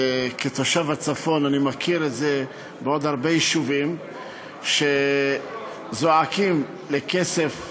כתושב הצפון אני מכיר את זה בעוד הרבה יישובים שזועקים לכסף,